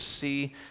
see